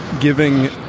giving